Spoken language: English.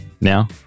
Now